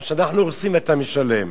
או שאנחנו הורסים ואתה משלם.